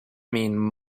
mean